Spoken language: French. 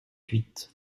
huit